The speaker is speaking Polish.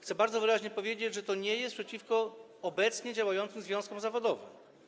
Chcę bardzo wyraźnie powiedzieć, że on nie jest przeciwko obecnie działającym związkom zawodowym.